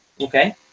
okay